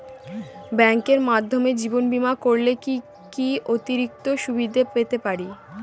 ব্যাংকের মাধ্যমে জীবন বীমা করলে কি কি অতিরিক্ত সুবিধে পেতে পারি?